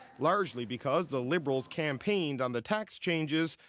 largely because the liberals campaigned on the tax changes,